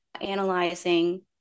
analyzing